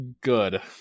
good